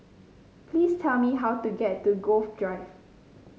please tell me how to get to Grove Drive